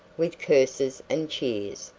with curses and cheers,